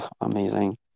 amazing